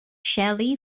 shelly